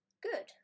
Good